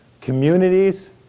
Communities